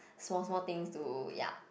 small small thing to ya